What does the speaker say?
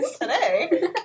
Today